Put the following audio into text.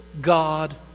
God